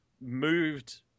moved